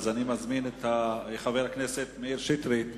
אני מזמין את חבר הכנסת מאיר שטרית.